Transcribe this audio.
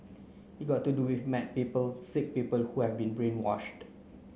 it got to do with mad people sick people who have been brainwashed